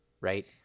right